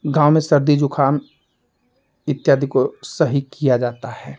गाँव में सर्दी ज़ुखाम इत्यादि को सही किया जाता है